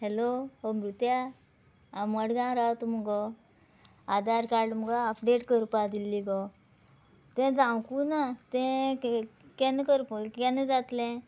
hello अमृत्या हांव मडगांव रावत मगो आदार कार्ड मुगो अपडेट करपा दिल्ली गो तें जावंक ना तें केन्ना करप केन्ना जातलें